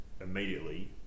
immediately